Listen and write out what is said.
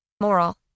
Moral